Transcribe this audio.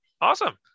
awesome